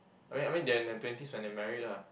I mean I mean they are in their twenties when they married lah